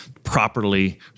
properly